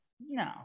no